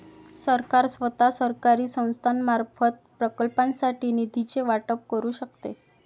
सरकार स्वतः, सरकारी संस्थांमार्फत, प्रकल्पांसाठी निधीचे वाटप करू शकते